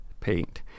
paint